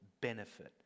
benefit